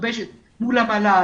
מול המל"ג,